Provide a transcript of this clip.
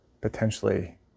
potentially